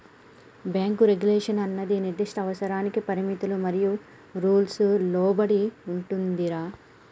bank regulation అన్నది నిర్దిష్ట అవసరాలకి పరిమితులు మరియు రూల్స్ కి లోబడి ఉంటుందిరా